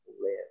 live